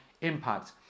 impact